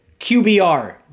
QBR